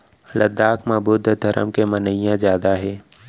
लद्दाख म बुद्ध धरम के मनइया जादा हे